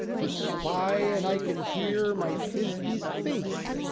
to spy an i can hear my thisby's face.